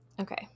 Okay